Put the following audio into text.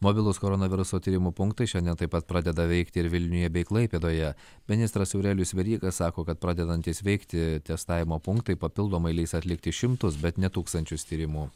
mobilūs koronaviruso tyrimų punktai šiandien taip pat pradeda veikti ir vilniuje bei klaipėdoje ministras aurelijus veryga sako kad pradedantys veikti testavimo punktai papildomai leis atlikti šimtus bet ne tūkstančius tyrimų